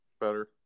Better